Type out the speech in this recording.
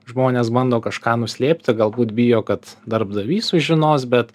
žmonės bando kažką nuslėpti galbūt bijo kad darbdavys sužinos bet